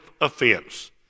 offense